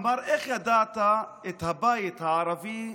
אמר: איך ידעת מה הבית הערבי,